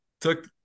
took